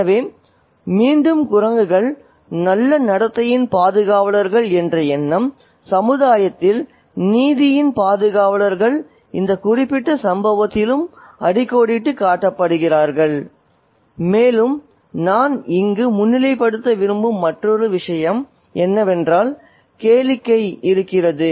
எனவே மீண்டும் குரங்குகள் நல்ல நடத்தையின் பாதுகாவலர்கள் என்ற எண்ணம் சமுதாயத்தில் நீதியின் பாதுகாவலர்கள் இந்த குறிப்பிட்ட சம்பவத்திலும் அடிக்கோடிட்டுக் காட்டப்படுகிறார்கள் மேலும் நான் இங்கு முன்னிலைப்படுத்த விரும்பும் மற்றொரு விஷயம் என்னவென்றால் கேளிக்கை இருக்கிறது